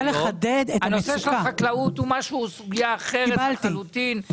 הנושא של החקלאות הוא סוגיה אחרת לחלוטין.